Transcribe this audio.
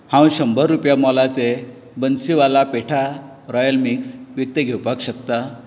हांव शंबर रुपया मोलाचें बन्सीवाला पेठा रॉयल मिक्स विकतें घेवपाक शकता